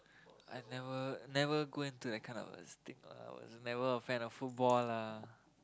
I never never go into that kind of thing never offend a football lah